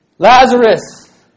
Lazarus